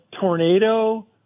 tornado